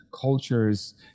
cultures